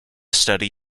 study